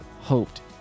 hoped